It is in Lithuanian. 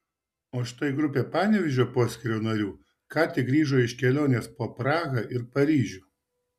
o štai grupė panevėžio poskyrio narių ką tik grįžo iš kelionės po prahą ir paryžių